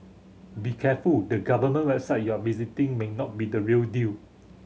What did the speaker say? be careful the government website you are visiting may not be the real deal